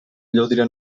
llúdria